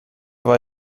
war